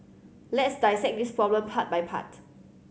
let's dissect this problem part by part